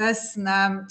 tas na